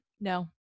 no